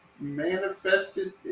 manifested